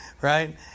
right